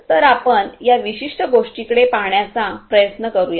तर आपण या विशिष्ट गोष्टीकडे पाहण्याचा प्रयत्न करूया